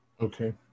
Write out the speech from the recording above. okay